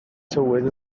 tywydd